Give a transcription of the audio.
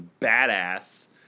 badass